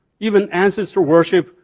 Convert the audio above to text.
even answers to worship,